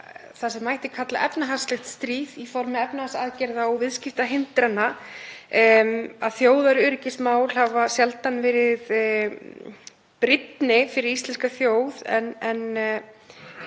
það sem mætti kalla efnahagslegt stríð í formi efnahagsaðgerða og viðskiptahindrana. Þjóðaröryggismál hafa sjaldan verið brýnni fyrir íslenska þjóð en